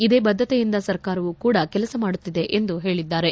ಇದೇ ಬದ್ದತೆಯಿಂದ ಸರ್ಕಾರವು ಕೂಡ ಕೆಲಸ ಮಾಡುತ್ತಿದೆ ಎಂದು ಹೇಳಿದ್ದಾರೆ